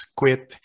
quit